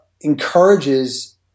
encourages